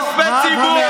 ובזבוז כספי ציבור.